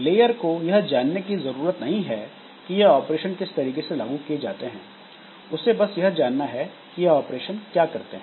layer को यह जानने की जरूरत नहीं कि यह ऑपरेशन किस तरीके से लागू किए जाते हैं उसे बस यह जानना है कि यह ऑपरेशन क्या करते हैं